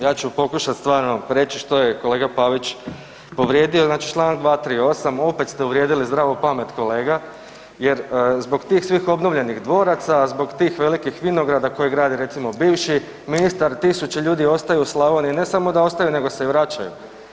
Ja ću pokušat stvarno reći što je kolega Pavić povrijedio, znači čl. 238., opet ste uvrijedili zdravu pamet kolega jer zbog svih tih obnovljenih dvoraca, zbog tih velikih vinograda koje grade recimo viši ministar tisuće ljudi ostaju u Slavoniji, ne samo da se ostaju nego se i vraćaju.